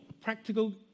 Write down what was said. practical